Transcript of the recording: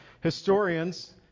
historians